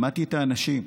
שמעתי את האנשים,